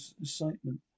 excitement